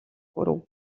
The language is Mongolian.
хүрэв